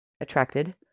attracted